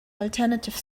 alternative